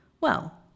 Well